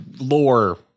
lore